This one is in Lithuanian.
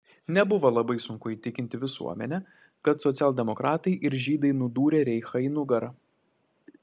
nebuvo labai sunku įtikinti visuomenę kad socialdemokratai ir žydai nudūrė reichą į nugarą